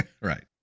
Right